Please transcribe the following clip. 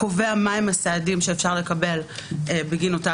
וקובע מה הסעדים שניתן לקבל בגינה.